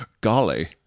golly